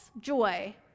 joy